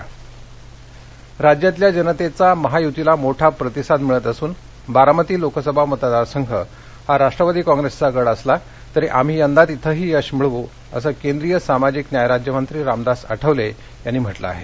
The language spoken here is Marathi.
आठवले राज्यातल्या जनतेचा महायुतीला मोठा प्रतिसाद मिळत असून बारामती लोकसभा मतदार संघ हा राष्ट्रवादी काँप्रेसचा गड असला तरी आम्ही यंदा तिथेही यश मिळवू असं केंद्रीय सामाजिक न्याय राज्यमंत्री रामदास आठवले यांनी म्हटलं आहे